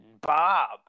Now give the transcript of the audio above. bob